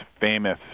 famous